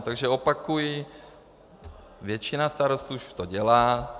Takže opakuji, většina starostů si to dělá.